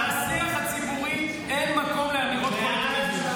בשיח הציבורי אין מקום לאמירות קולקטיביות,